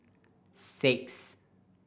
six